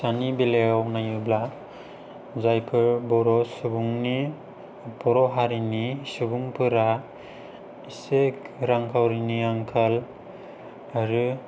फिसानि बेलायाव नायोब्ला जायफोर बर' सुबुंनि बर' हारिनि सुबुंफोरा एसे रांखाउरिनि आंखाल आरो